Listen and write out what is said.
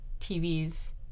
TVs